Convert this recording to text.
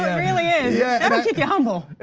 really is. yeah. that'll keep you humble.